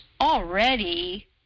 already